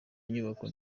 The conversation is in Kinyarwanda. inyubako